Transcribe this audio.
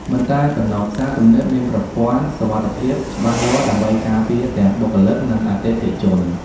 មិនតែប៉ុណ្ណោះ ផ្សារទំនើបមានប្រព័ន្ធសុវត្ថិភាពច្បាស់លាស់ដើម្បីការពារទាំងបុគ្គលិក និងអតិថិជន។